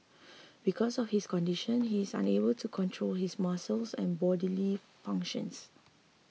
because of his condition he is unable to control his muscles and bodily functions